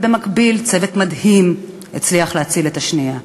במקביל, צוות מדהים הצליח להציל את השנייה.